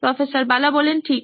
প্রফ্ বালা ঠিক